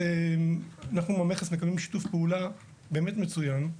אנחנו עם המכס מקבלים שיתוף פעולה באמת מצוין.